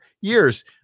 years